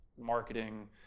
marketing